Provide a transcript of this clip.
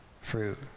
fruit